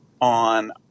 on